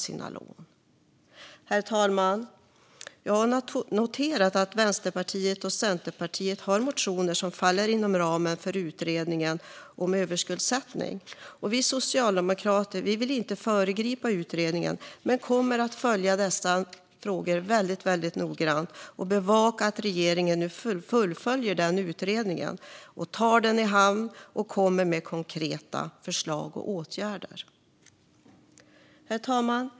Herr talman! Jag har noterat att Vänsterpartiet och Centerpartiet har motioner som faller inom ramen för utredningen om överskuldsättning. Vi socialdemokrater vill inte föregripa utredningen men kommer att följa dessa frågor noggrant och bevaka att regeringen fullföljer utredningen, tar den i hamn och kommer med konkreta förslag och åtgärder. Herr talman!